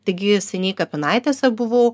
taigi seniai kapinaitėse buvau